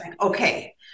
Okay